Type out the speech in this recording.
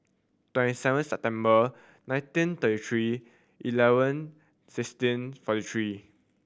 twenty seven September nineteen thirty three eleven sixteen forty three